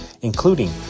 including